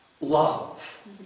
love